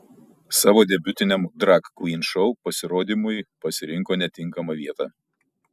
savo debiutiniam drag kvyn šou pasirodymui pasirinko netinkamą vietą